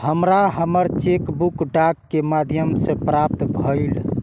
हमरा हमर cheque book डाक के माध्यम से प्राप्त भईल